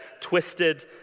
twisted